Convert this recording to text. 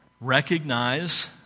recognize